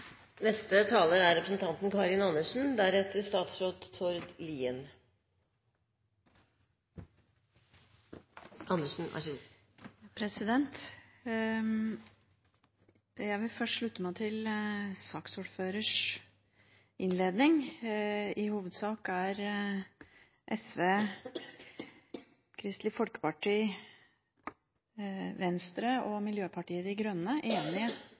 Jeg vil først slutte meg til saksordførerens innledning. I hovedsak er SV, Kristelig Folkeparti, Venstre og Miljøpartiet De Grønne enige på mange punkter i saken. Så er